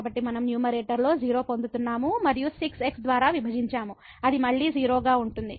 కాబట్టి మనం న్యూమరేటర్లో 0 పొందుతున్నాము మరియు 6 x ద్వారా విభజించాము అది మళ్ళీ 0 గా ఉంటుంది